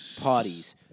parties